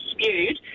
spewed